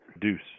Deuce